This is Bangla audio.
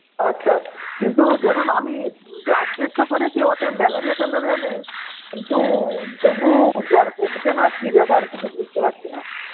আচ্ছা কিন্তু ধরুন আমি ব্লাড টেস্টও করেছি ওতে ম্যালেরিয়া ট্যালেরিয়া নেই কিন্তু তবু জ্বর কমছে না কী ব্যাপার কিছু বুঝতে পারছি না